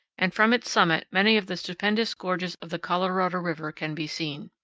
and from its summit many of the stupendous gorges of the colorado river can be seen.